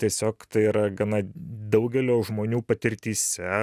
tiesiog tai yra gana daugelio žmonių patirtyse